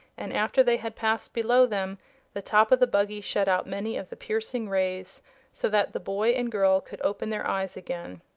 and after they had passed below them the top of the buggy shut out many of the piercing rays so that the boy and girl could open their eyes again.